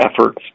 efforts